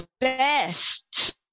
best